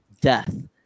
death